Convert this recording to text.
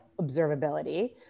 observability